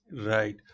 Right